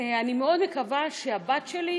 אני מאוד מקווה שהבת שלי,